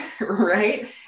right